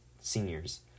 seniors